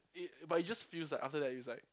it but it just feels like after that it's like